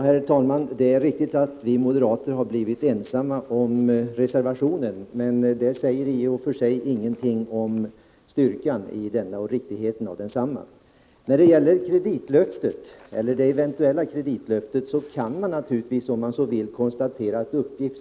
Herr talman! Det är riktigt att vi moderater har blivit ensamma om reservationen, men detta säger i och för sig ingenting om styrkan och riktigheten. När det gäller det eventuella kreditlöftet kan man naturligtvis konstatera att uppgift står mot uppgift.